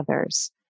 others